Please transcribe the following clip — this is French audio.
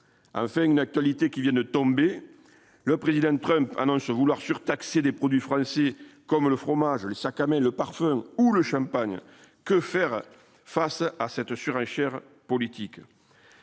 enfin une actualité qui vient de tomber : le président Trump annonce vouloir surtaxer des produits français comme le fromage, le sac à main, le parfum ou le champagne, que faire face à cette surenchère politique.